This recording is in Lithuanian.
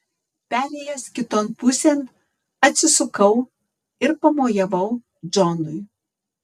perėjęs kiton pusėn atsisukau ir pamojavau džonui